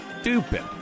stupid